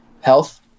health